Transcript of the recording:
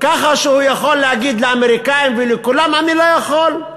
וכך הוא יכול להגיד לאמריקנים ולכולם: אני לא יכול,